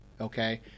Okay